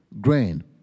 grain